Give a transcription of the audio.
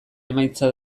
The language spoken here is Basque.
emaitza